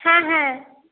হ্যাঁ হ্যাঁ